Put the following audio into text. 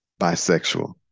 bisexual